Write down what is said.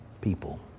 People